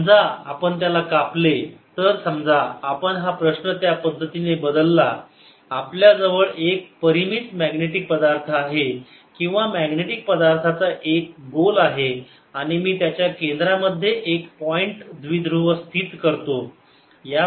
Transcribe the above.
Minduced∝ B समजा आपण त्याला कापले तर समजा आपण हा प्रश्न त्या पद्धतीने बदलला आपल्याजवळ एक परिमित मॅग्नेटिक पदार्थ आहे किंवा मॅग्नेटिक पदार्थाचा एक गोल आहे आणि मी त्याच्या केंद्रामध्ये एक पॉईंट द्विध्रुव स्थित करतो